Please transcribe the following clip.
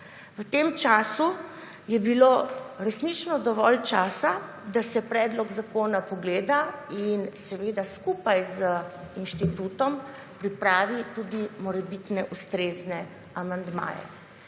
V tem času je bilo resnično dovolj časa, da se predlog zakona pogleda in seveda skupaj z inštitutom pripravi tudi morebitne ustrezne amandmaje.